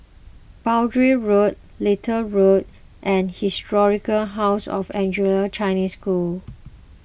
Boundary Road Little Road and Historic House of Anglo Chinese School